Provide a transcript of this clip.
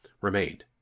remained